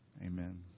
amen